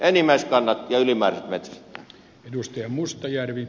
enimmäiskannat ja ylimääräiset metsästetään